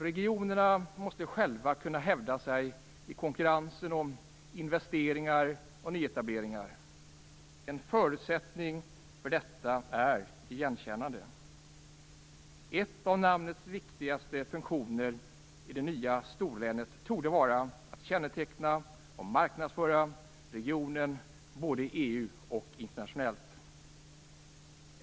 Regionerna måste själva kunna hävda sig i konkurrensen om investeringar och nyetableringar. En förutsättning för detta är igenkännande. Ett av namnets viktigaste funktioner i det nya storlänet torde vara att känneteckna och marknadsföra regionen i både EU och internationellt.